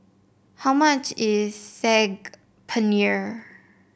how much is Saag Paneer